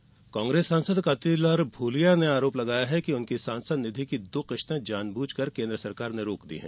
भूरिया आरोप कांग्रेस सांसद कांतिलाल भूरिया ने आरोप लगाया है कि उनकी सांसद निधि की दो किश्तें जानब्रझकर कोन्द्र सरकार ने रोक दी है